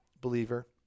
believer